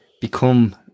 become